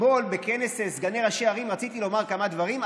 בכנס סגני ראשי ערים רציתי לומר כמה דברים,